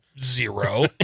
zero